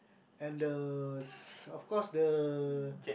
and the of course the